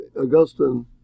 Augustine